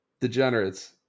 Degenerates